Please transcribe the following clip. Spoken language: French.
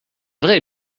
vrai